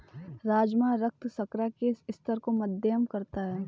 राजमा रक्त शर्करा के स्तर को मध्यम करता है